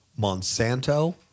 Monsanto